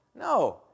No